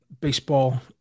baseball